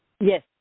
Yes